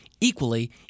equally